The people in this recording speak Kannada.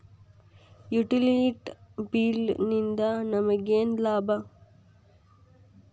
ಯುಟಿಲಿಟಿ ಬಿಲ್ ನಿಂದ್ ನಮಗೇನ ಲಾಭಾ?